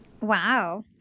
Wow